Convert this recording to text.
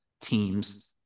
teams